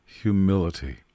humility